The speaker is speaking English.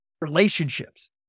relationships